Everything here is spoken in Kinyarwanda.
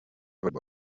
volley